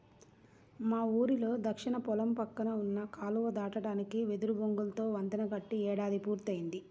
మా ఊరిలో దక్షిణ పొలం పక్కన ఉన్న కాలువ దాటడానికి వెదురు బొంగులతో వంతెన కట్టి ఏడాది పూర్తయ్యింది